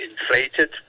inflated